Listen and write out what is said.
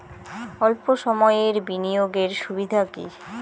অল্প সময়ের বিনিয়োগ এর সুবিধা কি?